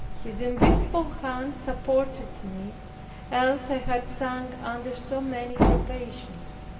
his invisible hand supported me else i had sunk under so many probations.